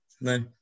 No